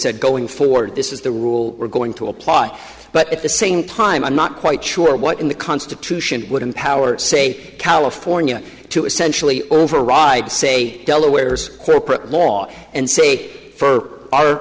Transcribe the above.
said going forward this is the rule we're going to apply but at the same time i'm not quite sure what in the constitution would empower say california to essentially override say delaware's corporate law and say fur our